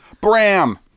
Bram